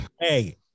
hey